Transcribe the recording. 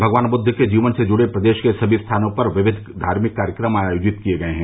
भगवान बुद्ध के जीवन से जुड़े प्रदेश के सभी स्थानों पर विविध धार्मिक कार्यक्रम आयोजित किए गये हैं